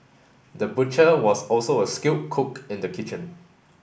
the butcher was also a skilled cook in the kitchen